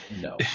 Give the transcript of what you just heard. No